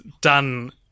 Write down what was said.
done